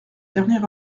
dernier